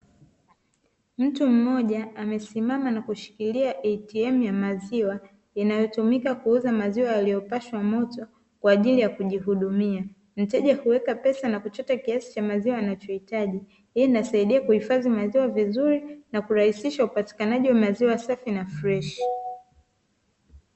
Mtu mmoja amesimama na kushikilia "ATM" ya maziwa inayotumika kuuza maziwa yaliyopashwa moto kwaajili ya kujihudumia, mteja huweka pesa na kuchota kiasi cha maziwa anachohitaji, hii inasaidia kuhifadhi maziwa vizuri na kurahisisha upatikanaji wa maziwa safi na freshi.